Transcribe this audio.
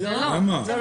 תיאורטי.